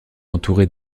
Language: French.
entourée